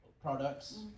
products